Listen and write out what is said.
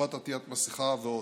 חובת עטיית מסכה ועוד.